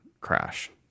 crash